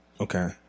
okay